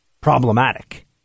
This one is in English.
problematic